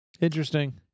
Interesting